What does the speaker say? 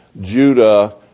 Judah